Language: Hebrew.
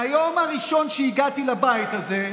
מהיום הראשון שהגעתי לבית הזה,